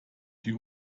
die